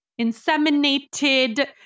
inseminated